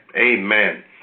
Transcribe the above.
amen